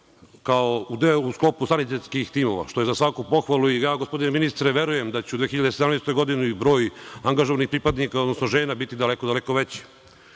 u sklopu sanitetskih timova, što je za svaku pohvalu i ja gospodine ministre verujem da će u 2017. godini broj angažovanih pripadnika, odnosno žena biti daleko veći. Učešćem